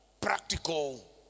practical